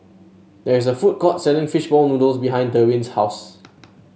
there is a food court selling fish ball noodles behind Derwin's house